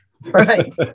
right